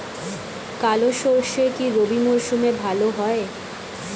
কালো সরষে কি রবি মরশুমে ভালো হয়?